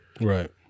Right